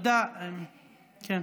כן,